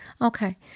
Okay